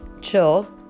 Chill